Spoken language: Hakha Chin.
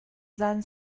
zaan